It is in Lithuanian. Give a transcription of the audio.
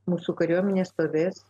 mūsų kariuomenė stovės